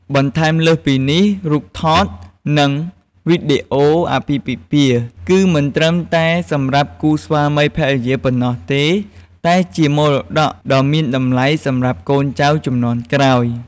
បន្ថែមលើសពីនេះ រូបថត និងវីដេអូអាពាហ៍ពិពាហ៍ គឺមិនត្រឹមតែសម្រាប់គូស្វាមីភរិយាប៉ុណ្ណោះទេ តែជាមរតកដ៏មានតម្លៃសម្រាប់កូនចៅជំនាន់ក្រោយ។